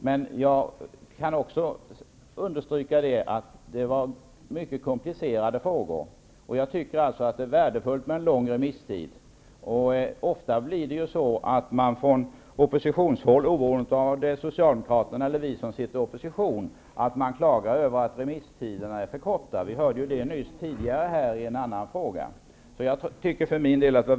Men jag kan också understryka att det var mycket komplicerade frågor. Jag tycker alltså att det är värdefullt med en lång remisstid. Ofta blir det ju så att man från oppositionshåll, oberoende av om det är Socialdemokraterna eller vi som sitter i opposition, klagar över att remisstiderna är för korta; vi hörde ju det tidigare här i en annan fråga.